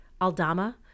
Aldama